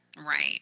right